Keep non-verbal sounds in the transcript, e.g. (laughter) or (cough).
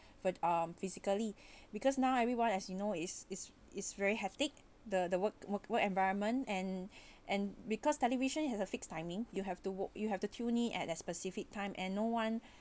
but um physically (breath) because now everyone as you know is is is very hectic the work work work environment and (breath) and because television has a fixed timing you have to work you have to puny at a specific time and no one (breath)